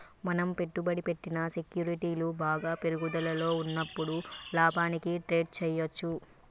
మనం పెట్టుబడి పెట్టిన సెక్యూరిటీలు బాగా పెరుగుదలలో ఉన్నప్పుడు లాభానికి ట్రేడ్ చేయ్యచ్చు